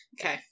okay